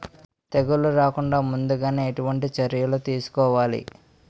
తెగుళ్ల రాకుండ ముందుగానే ఎటువంటి చర్యలు తీసుకోవాలి?